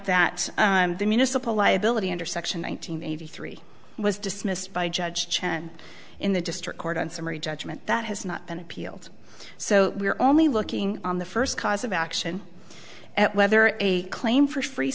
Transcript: that the municipal liability under section one nine hundred eighty three was dismissed by judge chen in the district court on summary judgment that has not been appealed so we are only looking on the first cause of action at whether a claim for free